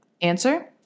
Answer